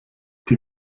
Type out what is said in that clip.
die